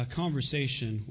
conversation